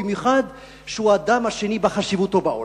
במיוחד שהוא האדם השני בחשיבותו בעולם,